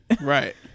Right